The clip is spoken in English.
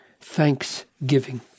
thanksgiving